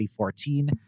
2014